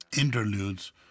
interludes